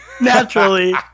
Naturally